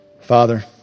Father